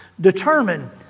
determine